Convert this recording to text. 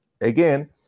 again